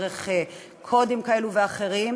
דרך קודים כאלה ואחרים.